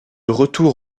retour